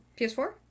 PS4